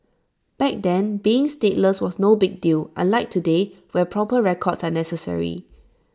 back then being stateless was no big deal unlike today where proper records are necessary